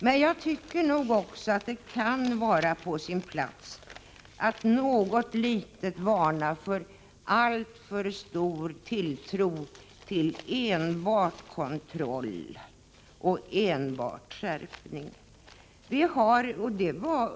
Men jag tycker också att det kan vara på sin plats att något varna för alltför stor tilltro till enbart kontroll och skärpningar av regler.